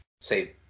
say